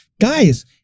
Guys